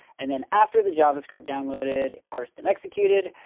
and then after the javascript downloaded, parsed, and executed,